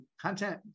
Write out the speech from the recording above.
content